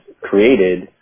created